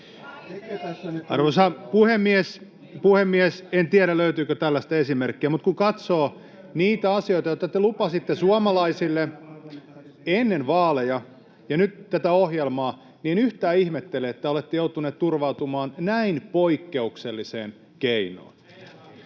Arvoisa puhemies! En tiedä, löytyykö tällaista esimerkkiä, mutta kun katsoo niitä asioita, joita te lupasitte suomalaisille ennen vaaleja, ja nyt tätä ohjelmaa, niin en yhtään ihmettele, että olette joutunut turvautumaan näin poikkeukselliseen keinoon.